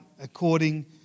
according